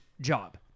job